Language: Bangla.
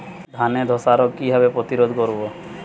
ধানে ধ্বসা রোগ কিভাবে প্রতিরোধ করব?